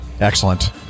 excellent